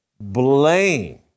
blame